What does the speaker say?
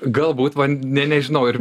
galbūt man nė nežinau ir